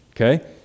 Okay